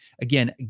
Again